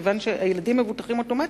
כיוון שהילדים מבוטחים אוטומטית,